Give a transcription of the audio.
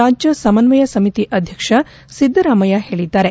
ರಾಜ್ಯ ಸಮನ್ವಯ ಸಮಿತಿ ಅಧ್ಯಕ್ಷ ಸಿದ್ದರಾಮಯ್ಯ ಹೇಳಿದ್ದಾರೆ